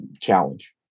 challenge